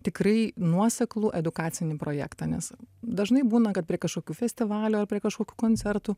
tikrai nuoseklų edukacinį projektą nes dažnai būna kad prie kažkokių festivalių ar prie kažkokių koncertų